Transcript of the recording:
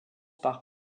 par